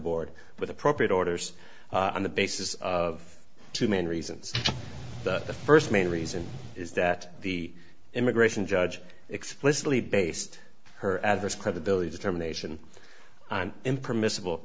board with appropriate orders on the basis of two main reasons the first main reason is that the immigration judge explicitly based her adverse credibility determination on impermissible